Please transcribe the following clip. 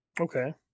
Okay